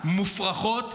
מופרכות.